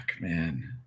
man